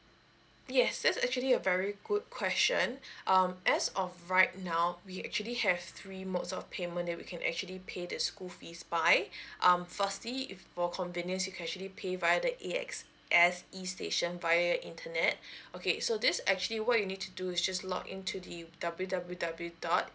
yes that's actually a very good question um as of right now we actually have three modes of payment that we can actually pay the school fees by um firstly if for convenience you actually pay via the AXS e station via internet okay so this actually what you need to do is just log in to the w w w dot a